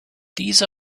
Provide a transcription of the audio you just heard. these